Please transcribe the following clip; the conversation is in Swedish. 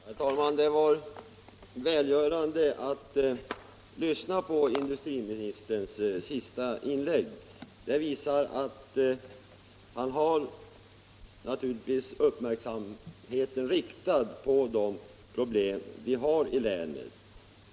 Herr talman! Det var välgörande att lyssna till industriministerns senaste inlägg. Det visar att han har uppmärksamheten riktad på de problem vi har i länet.